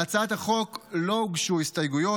להצעת החוק לא הוגשו הסתייגויות,